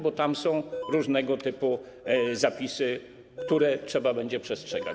Bo tam są różnego typu zapisy, których trzeba będzie przestrzegać.